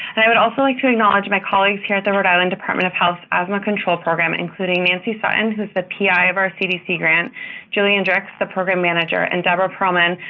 i would also like to acknowledge my colleagues here at the rhode island department of health asthma control program, including nancy sutton, who's the pi of our cdc grant julian drix, the program manager and deborah pearlman,